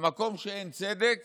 במקום שאין צדק